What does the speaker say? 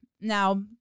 Now